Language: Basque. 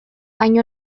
hain